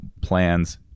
plans